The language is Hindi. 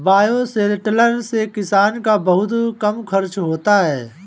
बायोशेलटर से किसान का बहुत कम खर्चा होता है